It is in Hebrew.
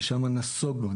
ששם נסוגונו.